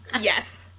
Yes